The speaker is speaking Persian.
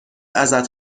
ازت